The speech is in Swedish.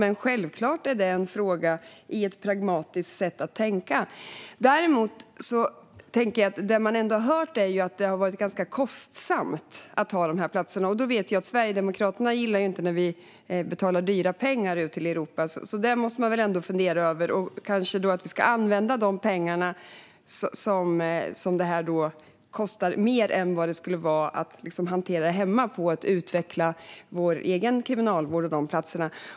Men självklart är det en fråga i ett pragmatiskt sätt att tänka. Däremot har man hört att det har varit ganska kostsamt att ha dessa platser. Sverigedemokraterna gillar ju inte att vi betalar dyra pengar till Europa, så det måste man väl fundera över. Vi kanske ska använda de pengar som detta skulle kosta utöver vad det skulle kosta att hantera det hemma till att utveckla vår egen kriminalvård och de platserna.